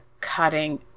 cutting